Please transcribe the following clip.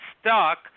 stuck